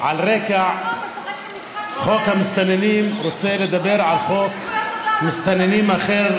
על רקע חוק המסתננים, לדבר על חוק מסתננים אחר,